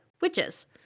Witches